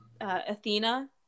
Athena